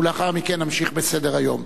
לאחר מכן, נמשיך בסדר-היום.